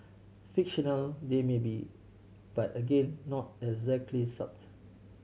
fictional they may be but again not exactly